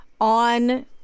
on